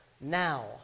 now